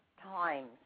times